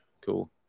cool